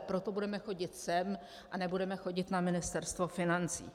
Proto budeme chodit sem a nebudeme chodit na Ministerstvo financí.